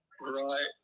Right